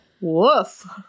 woof